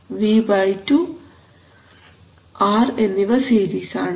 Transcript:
V2 R എന്നിവ series ആണ്